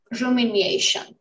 rumination